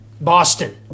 Boston